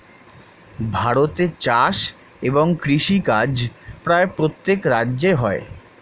ভারতে চাষ এবং কৃষিকাজ প্রায় প্রত্যেক রাজ্যে হয়